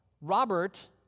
Robert